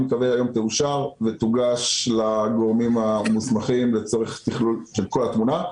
אני מקווה היום תאושר ותוגש לגורמים המוסמכים לצורך תכלול של כל התמונה.